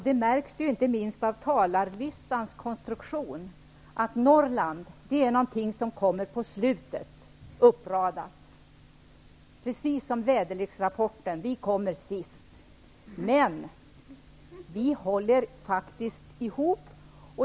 Det märks, inte minst på talarlistan, att Norrland är någonting som kommer på slutet. Precis som i väderleksrapporten kommer vi sist. Men vi håller ihop.